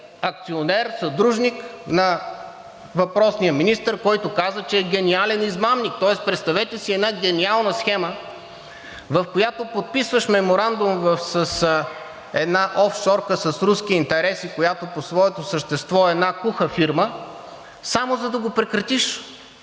акционер, съдружник на въпросния министър, който каза, че е гениален измамник. Тоест представете си една гениална схема, в която подписваш меморандум с една офшорка с руски интереси, която по своето същество е една куха фирма, само за да го прекратиш.